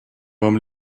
вам